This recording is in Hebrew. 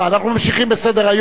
אנחנו ממשיכים בסדר-היום.